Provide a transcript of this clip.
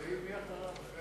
תגיד מי אחריו.